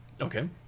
Okay